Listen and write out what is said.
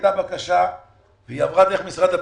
הייתה בקשה שעברה דרך משרד הפנים.